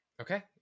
Okay